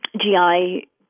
GI